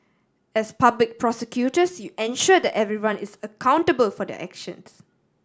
as public prosecutors you ensure that everyone is accountable for their actions